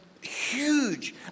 huge